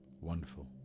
Wonderful